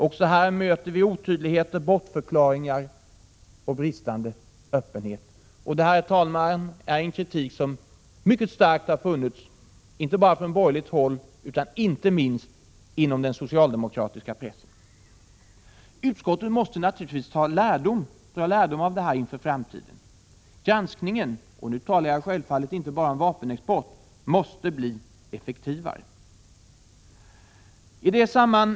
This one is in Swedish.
Också här möter vi otydligheter, bortförklaringar och bristande öppenhet. Kritik mot detta har framförts inte bara från borgerligt håll utan även — och inte minst — i den socialdemokratiska pressen. Utskottet måste naturligtvis dra lärdom av detta inför framtiden. Granskningen — och här talar jag självfallet inte bara om vapenexport — måste bli effektivare.